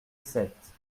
sept